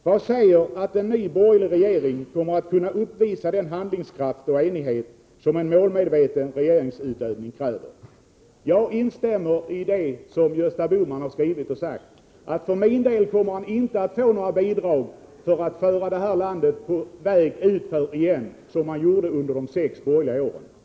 Vad säger att en ny borgerlig regering kommer att kunna uppvisa den handlingskraft och enighet som en målmedveten regeringsutövning fordrar?” Jag instämmer i det som Gösta Bohman har skrivit och sagt. För min del kommer jag inte att ge några bidrag till att man skall föra det här landet på väg utför igen, som man gjorde under de sex borgerliga åren.